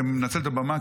זה מנצל את הבמה,